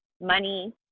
money